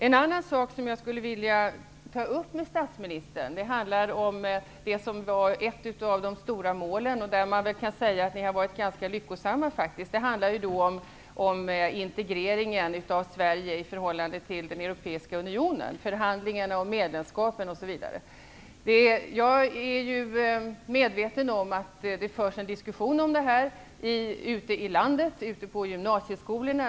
En annan sak som jag skulle vilja ta upp med statsministern handlar om det som var ett av de stora målen och där man kan säga att ni har varit ganska lyckosamma. Det gäller integreringen av Sverige i förhållande till den Europeiska unionen, förhandlingarna om medlemskap, osv. Jag är ju medveten om att det förs en diskussion om detta ute i landet, bl.a. på gymnasieskolorna.